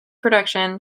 production